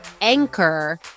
anchor